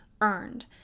earned